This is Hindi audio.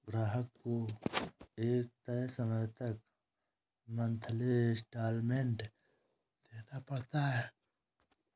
ग्राहक को एक तय समय तक मंथली इंस्टॉल्मेंट देना पड़ता है